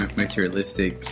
materialistic